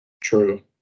True